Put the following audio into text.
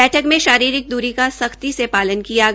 बैठक में शारीरिक दूरी का सख्ती से पालन किया गया